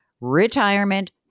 retirement